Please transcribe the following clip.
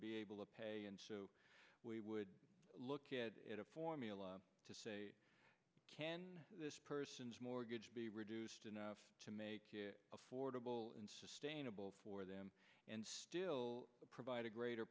able to pay and so we would look at a formula to say can this person's mortgage be reduced enough to make you affordable and sustainable for them and still provide a greater